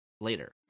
later